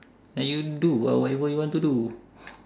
then you do ah wha~ what you want to do